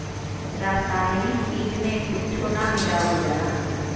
रासायनिक चीज में कुच्छो ना मिलावल जाला